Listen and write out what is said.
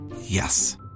Yes